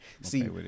see